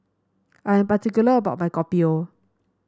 I am particular about my Kopi O